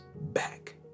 back